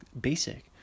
basic